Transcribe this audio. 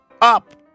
up